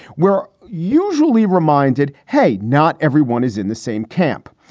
we're usually reminded, hey, not everyone is in the same camp.